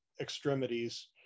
extremities